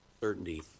Certainty